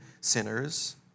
sinners